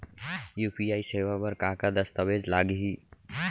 UPI सेवा बर का का दस्तावेज लागही?